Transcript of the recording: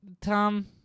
Tom